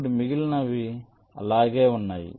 ఇప్పుడు మిగిలినవి అలాగే ఉన్నాయి